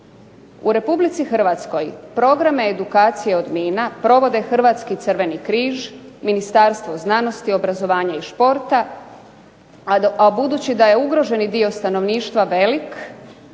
U Republici Hrvatskoj programe edukacije od mina provode Hrvatski crveni križ, Ministarstvo znanosti, obrazovanja i športa. A budući da je ugroženi dio stanovništva velik